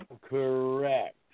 Correct